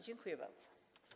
Dziękuję bardzo.